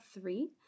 three